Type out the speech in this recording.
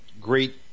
great